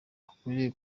akwiriye